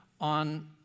on